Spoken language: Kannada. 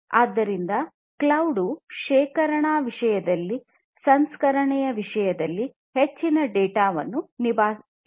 ಆದ್ದರಿಂದ ಕ್ಲೌಡ್ ಶೇಖರಣಾ ವಿಷಯದಲ್ಲಿ ಸಂಸ್ಕರಣೆಯ ವಿಷಯದಲ್ಲಿ ಹೆಚ್ಚಿನ ಡೇಟಾವನ್ನು ನಿಭಾಯಿಸಲಿದೆ